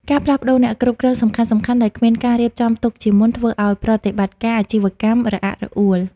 ការផ្លាស់ប្តូរអ្នកគ្រប់គ្រងសំខាន់ៗដោយគ្មានការរៀបចំទុកជាមុន ធ្វើឱ្យប្រតិបត្តិការអាជីវកម្មរអាក់រអួល។